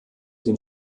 den